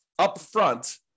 upfront